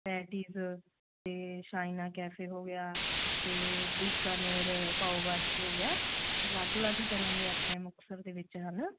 patties ਅਤੇ Shaina cafe ਹੋ ਗਿਆ ਅਤੇ ਬੀਕਾਨੇਰ ਪਾਓ ਭਾਜੀ ਹੋ ਗਿਆ ਅਲੱਗ ਅਲੱਗ ਤਰ੍ਹਾਂ ਦੇ ਆਪਣੇ ਮੁਕਤਸਰ ਦੇ ਵਿੱਚ ਹੈ ਨਾ